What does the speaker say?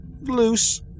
loose